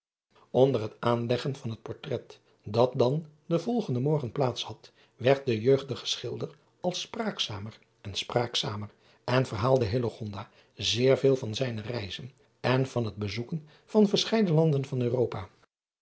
nder het aanleggen van het portrait dat dan den volgenden morgen plaats had werd de jeugdige childer al spraakzamer en spraakzamer en verhaalde zeer veel van zijne reizen en van het bezoeken van verscheiden landen van uropa